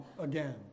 again